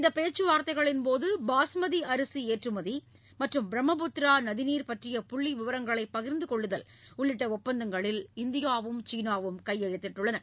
இந்தப் பேச்சுவார்த்தைகளின்போது பாசுமதி அரிசி ஏற்றுமதி மற்றும் பிரம்மபுத்திரா நதிநீர் பற்றிய புள்ளிவிவரங்களை பகிர்ந்து கொள்ளுதல் உள்ளிட்ட ஒப்பந்தங்களில் இந்தியாவும் கையெழுத்திட்டுள்ளன